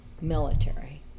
military